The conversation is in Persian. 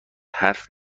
حرف